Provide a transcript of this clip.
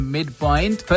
Midpoint